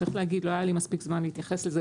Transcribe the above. צריך להגיד, לא היה לי מספיק זמן להתייחס לזה.